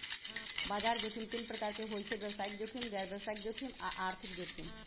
बजार जोखिम तीन प्रकार के होइ छइ व्यवसायिक जोखिम, गैर व्यवसाय जोखिम आऽ आर्थिक जोखिम